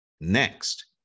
Next